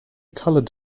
colored